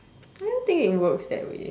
I don't think it works that way